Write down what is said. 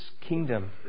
kingdom